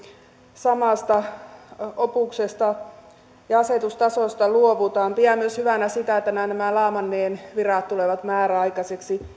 samasta opuksesta ja asetustasosta luovutaan pidän myös hyvänä sitä että nämä nämä laamannien virat tulevat määräaikaisiksi